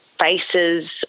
faces